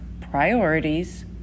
priorities